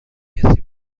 کسی